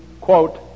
quote